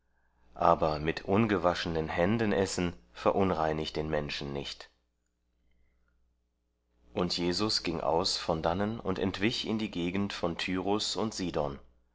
aber mit ungewaschenen händen essen verunreinigt den menschen nicht und jesus ging aus von dannen und entwich in die gegend von tyrus und sidon